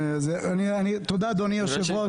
תודה, אדוני היושב-ראש.